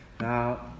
Now